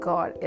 God